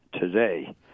today